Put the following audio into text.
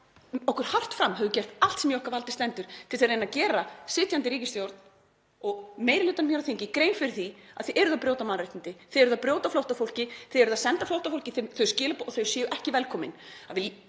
okkur hart fram, höfum gert allt sem í okkar valdi stendur til að reyna að gera sitjandi ríkisstjórn og meiri hlutanum hér á þingi grein fyrir því að þið eruð að brjóta mannréttindi, þið eruð að brjóta á flóttafólki, þið eruð að senda flóttafólki þau skilaboð að þau séu ekki velkomin,